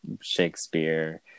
Shakespeare